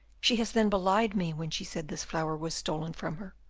she has then belied me, when she said this flower was stolen from her.